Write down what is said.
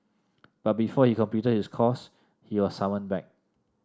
but before he completed his course he was summoned back